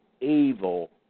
evil